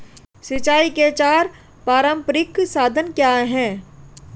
सिंचाई के चार पारंपरिक साधन क्या हैं?